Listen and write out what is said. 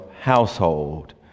household